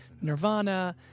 nirvana